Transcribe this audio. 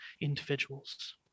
individuals